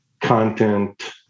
content